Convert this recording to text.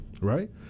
right